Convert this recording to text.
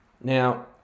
now